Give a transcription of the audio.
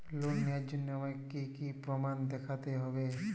Loan নেওয়ার জন্য আমাকে কী কী প্রমাণ দেখতে হবে?